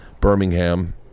Birmingham